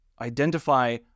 identify